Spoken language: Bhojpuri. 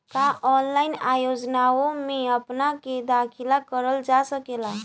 का ऑनलाइन योजनाओ में अपना के दाखिल करल जा सकेला?